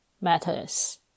matters